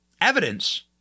evidence